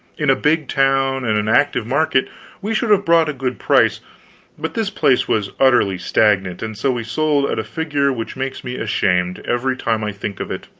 in a big town and an active market we should have brought a good price but this place was utterly stagnant and so we sold at a figure which makes me ashamed, every time i think of it.